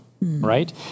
right